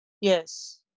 yes